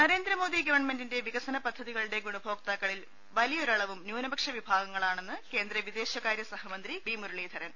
നരേന്ദ്ര മോദി ഗവൺമെന്റിന്റെ വികസന പദ്ധിതകളുടെ ഗുണഭോക്താക്കളിൽ വലിയൊരള്വും ന്യൂനപക്ഷ വിഭാഗങ്ങളാണെന്ന് കേന്ദ്ര് വിദ്ദേശ്കാര്യ സഹമന്ത്രി വി മുരളീധരൻ